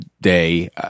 day